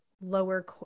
lower